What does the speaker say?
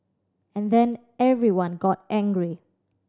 and then everyone got angry